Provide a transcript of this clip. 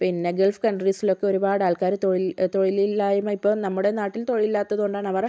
പിന്നെ ഗൾഫ് കൺട്രിസിലൊക്കെ ഒരുപാടാൾക്കാരു തൊഴിൽ തൊഴിലില്ലായ്മ ഇപ്പം നമ്മുടെ നാട്ടിൽ തൊഴിൽ ഇല്ലാത്തതുകൊണ്ടാണ് അവർ